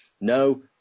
no